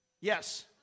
Yes